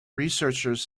researchers